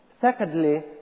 secondly